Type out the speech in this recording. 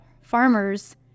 farmers